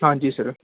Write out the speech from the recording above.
ਹਾਂਜੀ ਸਰ